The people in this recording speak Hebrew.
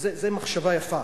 וזו מחשבה יפה,